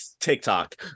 TikTok